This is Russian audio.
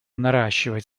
наращивать